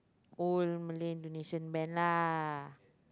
old Malay musician band lah